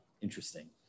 Interesting